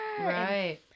right